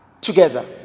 together